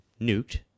nuked